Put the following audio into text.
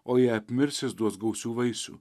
o jei apmirs jis duos gausių vaisių